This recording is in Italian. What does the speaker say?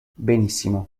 benissimo